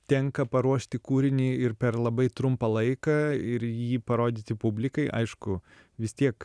tenka paruošti kūrinį ir per labai trumpą laiką ir jį parodyti publikai aišku vis tiek